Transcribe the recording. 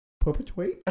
Perpetuate